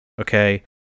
okay